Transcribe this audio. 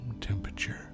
temperature